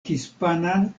hispanan